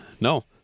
No